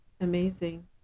Amazing